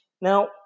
Now